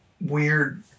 weird